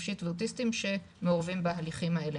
נפשית ואוטיסטים שמעורבים בהליכים האלה.